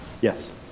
Yes